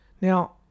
Now